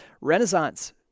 renaissance